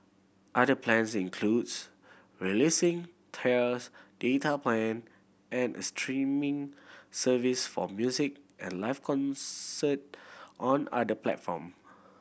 other plans includes releasing tiers data plan and a streaming service for music and live concert on other platform